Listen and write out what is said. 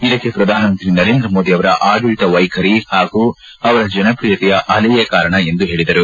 ಇದಕ್ಕೆ ಪ್ರಧಾನ ಮಂತ್ರಿ ನರೇಂದ್ರ ಮೋದಿ ಅವರ ಆಡಳತ ವೈಖರಿ ಹಾಗೂ ಅವರ ಜನಪ್ರಿಯತೆಯ ಅಲೆಯೇ ಕಾರಣ ಎಂದು ಹೇಳಿದರು